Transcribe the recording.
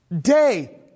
day